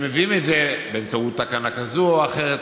שמביאים את זה באמצעות תקנה כזאת או אחרת,